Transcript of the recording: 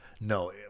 No